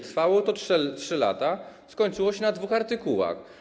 Trwało to 3 lata, skończyło się na dwóch artykułach.